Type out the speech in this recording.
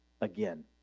again